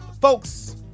Folks